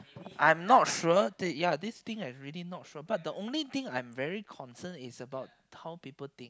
I'm not sure this ya this thing I'm really not sure but the only thing I'm very concerned is about how people think